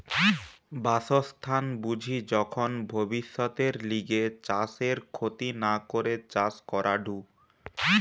বাসস্থান বুঝি যখন ভব্যিষতের লিগে চাষের ক্ষতি না করে চাষ করাঢু